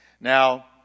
Now